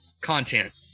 Content